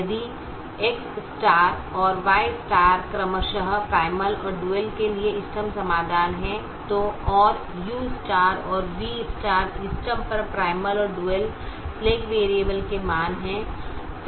यदि X और Y क्रमशः प्राइमल और ड्यूल के लिए इष्टतम समाधान हैं और U और V इष्टतम पर प्राइमल और ड्यूल स्लैक वैरिएबल के मान हैं